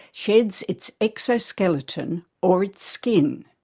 sheds its exoskeleton or its skin